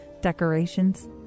decorations